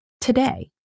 today